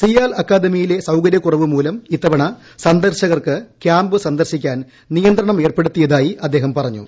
സിയാൽ അക്കാദമിയിലെ സൌകര്യക്കുറവുമൂലം ഇത്തവണ സന്ദർശകർക്ക് ക്യൂാമ്പ് ്സന്ദർശിക്കാൻ നിയന്ത്രണം ഏർപ്പെടുത്തിയതായി അദ്ദേഹം പറഞ്ഞു